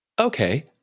Okay